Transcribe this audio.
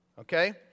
Okay